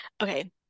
Okay